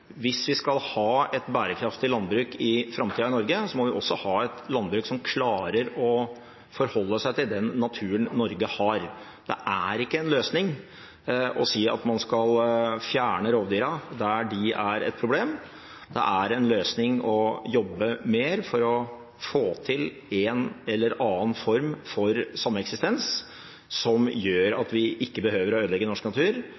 Hvis vi skal ha et bærekraftig landbruk i Norge i framtida, må vi også ha et landbruk som klarer å forholde seg til den naturen Norge har. Det er ikke en løsning å si at man skal fjerne rovdyra der de er et problem, det er en løsning å jobbe mer for å få til en eller annen form for sameksistens som gjør at vi ikke behøver å ødelegge norsk natur,